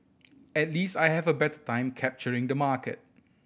at least I have a better time capturing the market